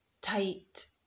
tight